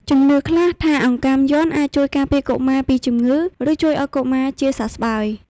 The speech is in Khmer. ជំនឿខ្លះថាអង្កាំយ័ន្តអាចជួយការពារកុមារពីជំងឺ ឬជួយឱ្យឆាប់ជាសះស្បើយ។